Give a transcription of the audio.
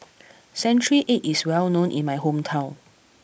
Century Egg is well known in my hometown